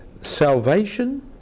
salvation